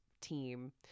team